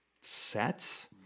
sets